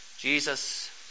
Jesus